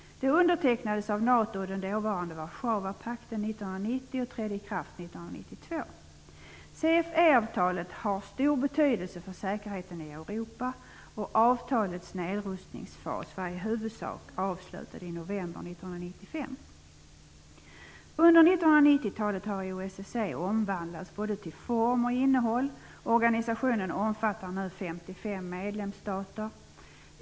Det undertecknades av NATO och den dåvarande Warszawapakten 1990 och trädde i kraft 1992. CFE-avtalet har stor betydelse för säkerheten i Europa. Avtalets nedrustningsfas var i huvudsak avslutad i november 1995. Under 1990-talet har OSSE omvandlats både till form och innehåll. Organisationen omfattar nu 55 medlemsstater.